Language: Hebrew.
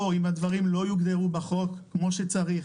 פה אם הדברים לא יוגדרו בחוק כמו שצריך,